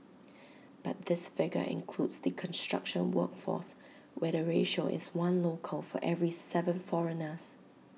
but this figure includes the construction workforce where the ratio is one local for every Seven foreigners